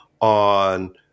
on